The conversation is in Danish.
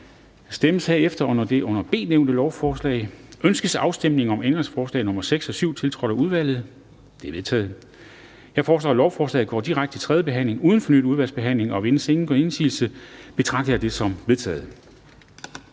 til lov om ændring af årsregnskabsloven): Ønskes afstemning om ændringsforslag nr. 6 og 7, tiltrådt af udvalget? De er vedtaget. Jeg foreslår, at lovforslaget går direkte til tredje behandling uden fornyet udvalgsbehandling. Hvis ingen gør indsigelse, betragter jeg det som vedtaget.